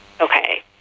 Okay